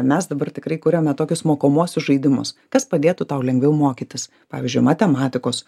mes dabar tikrai kuriame tokius mokomuosius žaidimus kas padėtų tau lengviau mokytis pavyzdžiui matematikos